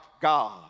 God